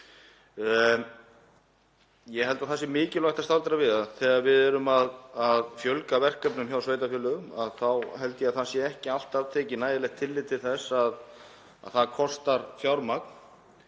Ég held að það sé mikilvægt að staldra við því þegar við erum að fjölga verkefnum hjá sveitarfélögunum þá held ég að það sé ekki alltaf tekið nægilegt tillit til þess að það kostar fjármagn